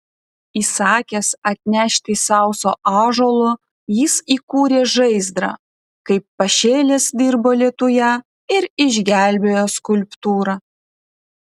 įsakęs atnešti sauso ąžuolo jis įkūrė žaizdrą kaip pašėlęs dirbo lietuje ir išgelbėjo skulptūrą